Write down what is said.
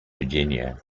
virginia